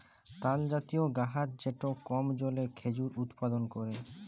তালজাতীয় গাহাচ যেট কম জলে খেজুর উৎপাদল ক্যরে